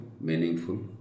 meaningful